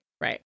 Right